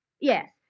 Yes